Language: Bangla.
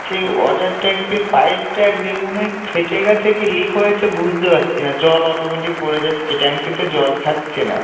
সেই ওয়াটার ট্যাঙ্কির পাইপটা এক জায়গায় মনে হয় ফেটে গেছে কি লিক হয়েছে বুঝতে পাচ্ছি না জল অটোমেটিক পড়ে যাচ্ছে ট্যাঙ্কিতে জল থাকছে না